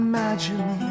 Imagine